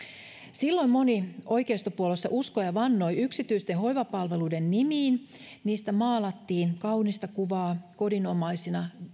silloin moni oikeistopuolueissa uskoi ja vannoi yksityisten hoivapalveluiden nimiin niistä maalattiin kaunista kuvaa kodinomaisina